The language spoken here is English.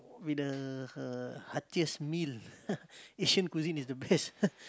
with the her heartiest meal Asian cuisine is the best